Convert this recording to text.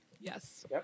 Yes